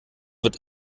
wird